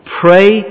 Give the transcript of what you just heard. Pray